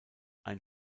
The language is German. ein